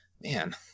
man